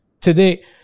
today